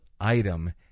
item